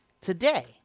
today